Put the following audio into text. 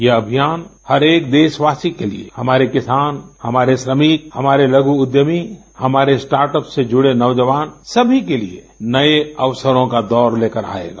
यह अभियान हर एक देशवासी के लिए हमारे किसान हमारे श्रमिक हमारे लघू उद्यमी हमारे स्टार्ट अप्स से जुड़े नौजवान सभी के लिए नए अवसरों का दौर लेकर आएगा